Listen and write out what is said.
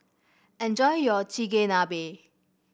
enjoy your Chigenabe